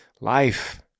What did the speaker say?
life